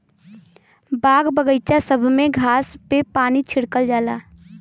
बाग बगइचा सब में घास पे पानी छिड़कल जाला